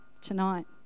tonight